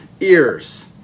ears